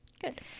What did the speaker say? good